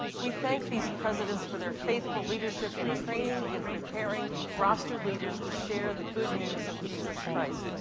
we thank these presidents for their faithful leadership in training and preparing rostered leaders to share the good news of jesus christ.